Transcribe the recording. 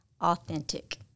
authentic